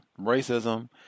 Racism